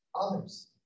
others